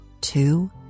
two